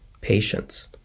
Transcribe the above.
patience